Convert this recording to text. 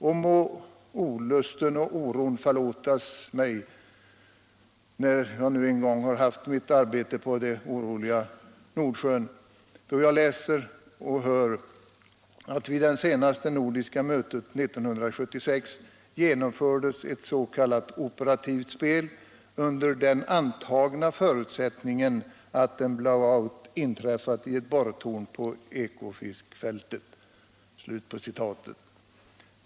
Och må olusten och oron förlåtas den som en gång har haft sitt arbete på den i hög grad oroliga Nordsjön och som får läsa följande: ”Vid det senaste nordiska mötet som ägde rum i Finland hösten 1976 genomfördes ett s.k. operativt spel under den antagna förutsättningen att en "blow out” inträffat i ett borrtorn på Ekofiskfältet.